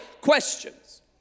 questions